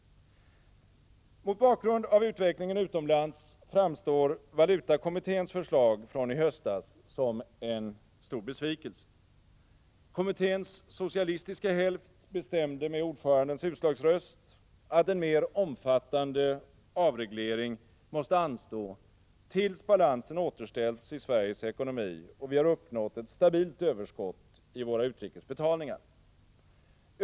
Mot bakgrund av utvecklingen utomlands framgår valutakommitténs förslag från i höstas som en besvikelse. Kommitténs socialistiska hälft bestämde med ordförandens utslagsröst att en mer omfattande avreglering måste anstå tills balansen återställts i Sveriges ekonomi och vi har uppnått ett stabilt överskott i våra utrikes betalningar.